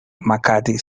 mccartney